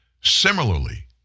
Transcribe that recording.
Similarly